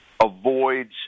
avoids